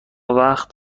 وقت